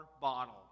bottle